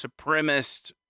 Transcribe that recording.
supremacist